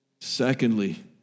Secondly